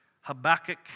Habakkuk